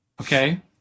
okay